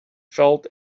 felt